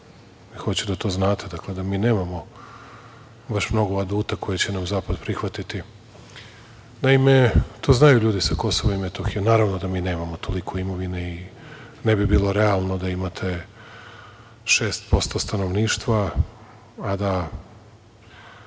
hoću da to znate, dakle, da mi nemamo baš mnogo aduta koje će nam zapad prihvatiti. Naime, to znaju ljudi sa Kosova i Metohije, naravno da mi nemamo toliko imovine i ne bi bilo realno da imate 6% stanovništva, a da